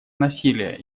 насилия